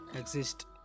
exist